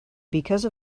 because